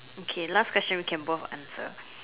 okay last question we can both answer